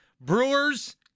brewers